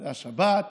זו השבת